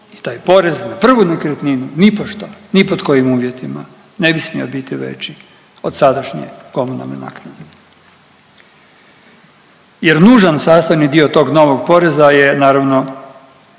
i taj porez na prvu nekretninu nipošto, ni pod kojim uvjetima ne bi smio biti veći od sadašnje komunalne naknade jer nužan sastavni dio tog novog poreza je naravno